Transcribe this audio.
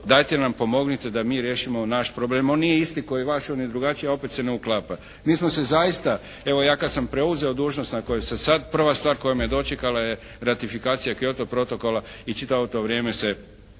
dajte nam pomognite da mi riješimo naš problem, on nije isti kao i vaš, on je drugačiji opet se ne uklapa. Mi smo se zaista, evo ja kada sam preuzeo dužnost na kojoj sam sada, prva stvar koja me dočekala je ratifikacija Kyoto protokola i čitavo to vrijeme se